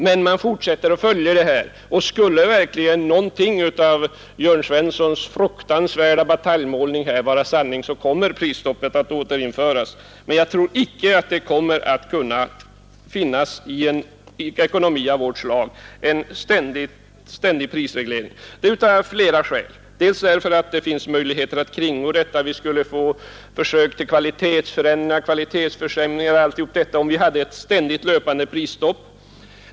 Men man fortsätter att följa utvecklingen. Skulle någonting av herr Svenssons fruktansvärda bataljmålning vara sant kommer prisstoppet att återinföras. Däremot tror jag icke att det kommer att bli en ständig prisreglering i vårt land med den ekonomi vi har, och det av flera skäl. Dels finns det möjligheter att kringgå ett prisstopp. Man skulle t.ex. försöka sälja varor med sämre kvalitet till samma pris.